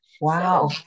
Wow